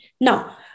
Now